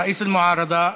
(אומר בערבית: